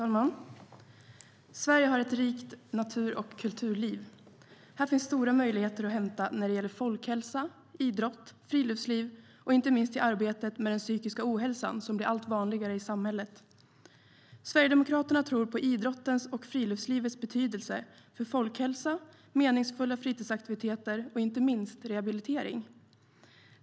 Fru talman! Sverige har ett rikt natur och kulturliv. Här finns stora möjligheter när det gäller folkhälsa, idrott, friluftsliv och inte minst arbetet med den psykiska ohälsan, som blir allt vanligare i samhället. Sverigedemokraterna tror på idrottens och friluftslivets betydelse för folkhälsa, meningsfulla fritidsaktiviteter och inte minst rehabilitering.